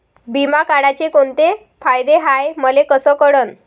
बिमा काढाचे कोंते फायदे हाय मले कस कळन?